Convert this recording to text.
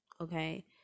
Okay